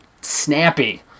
snappy